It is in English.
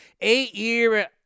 eight-year